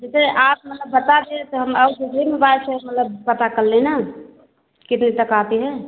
जैसे आप मतलब बता दिए तो हम और जगह मोबाइल फिर मतलब पता कर लें ना कितने तक आती है